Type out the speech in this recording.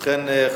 ובכן,